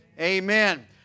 Amen